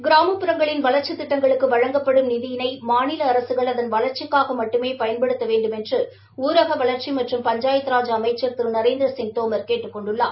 கிராமப்புறங்களின் வளர்ச்சித் திட்டங்களுக்கு வழங்கப்படும் நிதியினை மாநில அரசுகள் அதன் வளர்ச்சிக்காக மட்டுமே பயன்படுத்த வேண்டுமென்று ஊரக வளர்ச்சி மற்றம் பஞ்சாயத்ராஜ் அமைச்சர் திரு நரேந்திரசிங் தோமர் கேட்டுக் கொண்டுள்ளார்